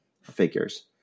figures